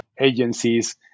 agencies